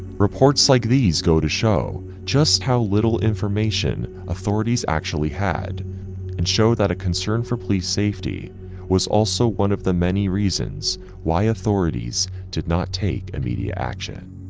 reports like these go to show just how little information authorities actually had and showed that a concern for police safety was also one of the many reasons why authorities did not take immediate action.